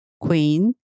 queen